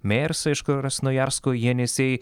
mėjersą iš krasnojarsko jenisej